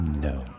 No